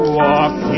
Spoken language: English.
walk